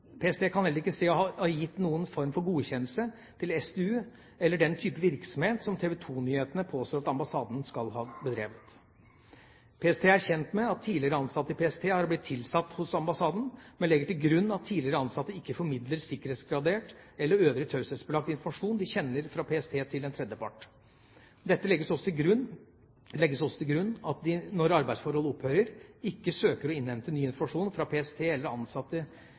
PST kan heller ikke se å ha gitt noen form for godkjennelse til SDU eller den type virksomhet som TV 2 Nyhetene påstår at ambassaden skal ha bedrevet. PST er kjent med at tidligere ansatte i PST har blitt tilsatt hos ambassaden, men legger til grunn at tidligere ansatte ikke formidler sikkerhetsgradert eller øvrig taushetsbelagt informasjon de kjenner fra PST til en tredjepart. Dette legges også til grunn at de når arbeidsforholdet opphører, ikke søker å innhente ny informasjon fra PST eller at ansatte